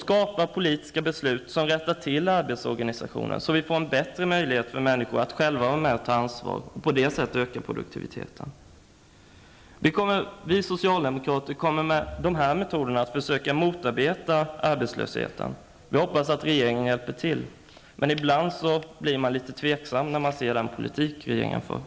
Skapa politiska beslut som rättar till arbetsorganisationen så att människor får bättre möjligheter att själva få vara med och ta ansvar och på det sättet öka produktiviteten. Vi socialdemokrater kommer med dessa metoder att försöka motarbeta arbetslösheten. Vi hoppas att regeringen skall hjälpa till -- men ibland när man ser den politik regeringen för blir man litet tveksam.